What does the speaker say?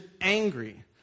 angry